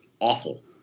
awful